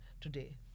today